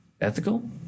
ethical